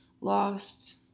Lost